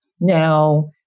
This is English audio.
now